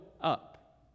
up